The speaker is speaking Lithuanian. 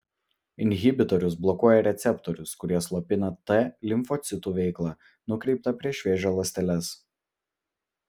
inhibitorius blokuoja receptorius kurie slopina t limfocitų veiklą nukreiptą prieš vėžio ląsteles